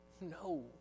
No